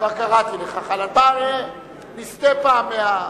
קראתי לך, נסטה פעם, .